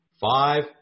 five